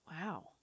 Wow